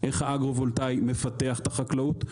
איך האגרו-וולטאי מפתח את החקלאות?